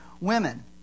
women